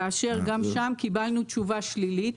כאשר גם שם קיבלנו תשובה שלילית,